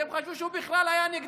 כי הם חשבו שהוא בכלל היה נגדם.